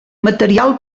material